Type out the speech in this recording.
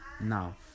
Now